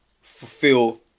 fulfill